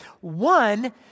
One